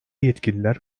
yetkililer